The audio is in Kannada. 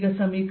A